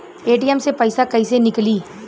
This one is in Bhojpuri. ए.टी.एम से पैसा कैसे नीकली?